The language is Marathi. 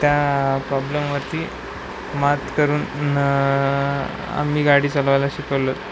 त्या प्रॉब्लेमवरती मात करून आम्ही गाडी चालवायला शिकवलो